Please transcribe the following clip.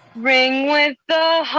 ring with the